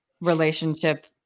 relationship